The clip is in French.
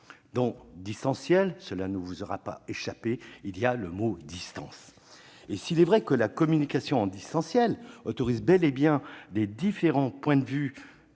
mot « distanciel »- cela ne vous aura pas échappé -, il y a le terme « distance ». Et s'il est vrai que la communication en distanciel permet bel et bien aux différents points de vue